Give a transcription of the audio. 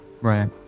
Right